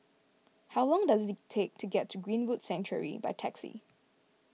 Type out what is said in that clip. how long does it take to get to Greenwood Sanctuary by taxi